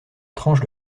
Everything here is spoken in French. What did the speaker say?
tranche